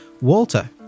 Walter